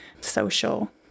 social